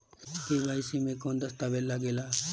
KYC मे कौन दश्तावेज लागेला?